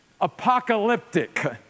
apocalyptic